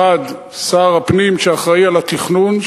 1. שר הפנים שאחראי לתכנון,